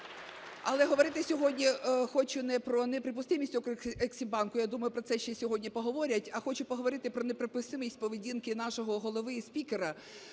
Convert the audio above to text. Але говорити сьогодні не про неприпустимість Укрексімбанку, я думаю, про це ще сьогодні поговорять. А хочу поговорити про неприпустимість поведінки нашого Голови і спікера,